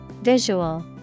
Visual